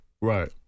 Right